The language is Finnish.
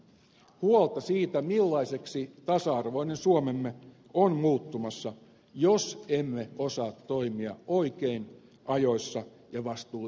huolta siitä millaiseksi tasa arvoinen suomemme on muuttumassa jos emme osaa toimia oikein ajoissa ja vastuullisesti